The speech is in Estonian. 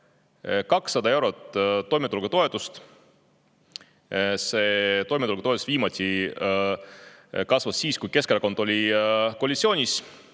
200 eurot toimetulekutoetust. Toimetulekutoetus viimati kasvas siis, kui Keskerakond oli koalitsioonis.